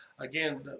again